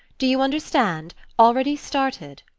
do you understand? already started.